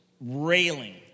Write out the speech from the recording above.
railing